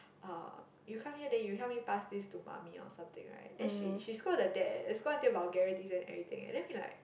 uh you come her then you help me to pass this to mummy or something right then she she scold her dad scold until vulgarities and everything and then we're like